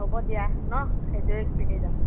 হ'ব দিয়া ন সেইযোৰে পিন্ধি যাম